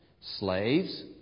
slaves